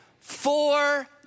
four